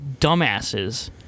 dumbasses